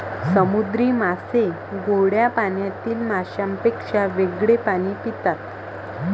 समुद्री मासे गोड्या पाण्यातील माशांपेक्षा वेगळे पाणी पितात